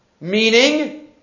meaning